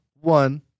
one